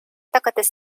tagades